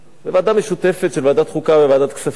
זו ועדה משותפת של ועדת חוקה וועדת כספים.